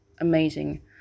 amazing